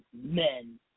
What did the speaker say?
men